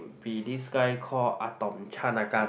be this guy call Atom Chanakan